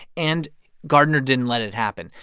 and gardner didn't let it happen.